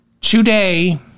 Today